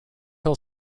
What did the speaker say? hill